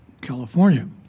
California